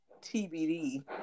TBD